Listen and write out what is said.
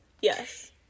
Yes